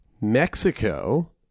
Mexico